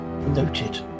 Noted